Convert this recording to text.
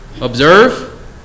observe